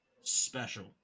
special